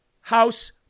House